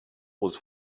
was